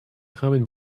common